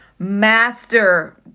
master